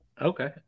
Okay